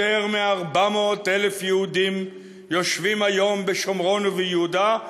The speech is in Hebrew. יותר מ-400,000 יהודים יושבים היום בשומרון וביהודה,